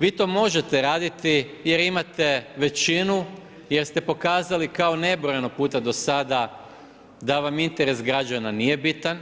Vi to možete raditi jer imate većinu, jer ste pokazali kao nebrojeno puta do sada da vam interes građana nije bitan,